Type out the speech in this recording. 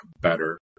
better